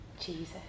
Jesus